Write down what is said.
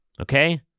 okay